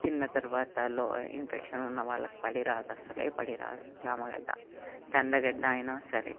తిన్న తర్వాత ఇన్ఫెక్షన్ ఉన్నవాళ్ళకి పడదు అసలు పడదు చామగడ్డ కందగడ్డ అయినా సరే